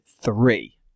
three